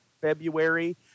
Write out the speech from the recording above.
February